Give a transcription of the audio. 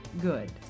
good